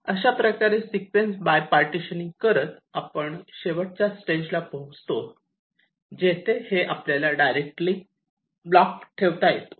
अशाप्रकारे sequence by partitioning करत आपण शेवटच्या स्टेजला पोहोचतो जेथे हे आपल्याला डायरेक्टली ब्लॉक ठेवता येतो